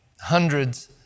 Hundreds